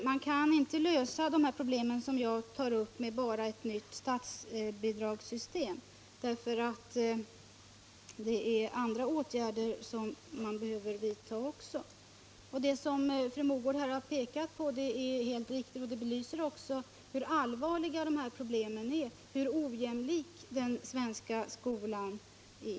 Herr talman! De problem som jag tar upp kan man inte lösa bara med ett nytt statsbidragssystem. Även andra åtgärder behöver vidtas. Det fru Mogård har pekat på är helt riktigt och belyser hur allvarliga dessa problem är och hur ojämlik den svenska skolan är.